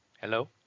Hello